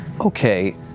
Okay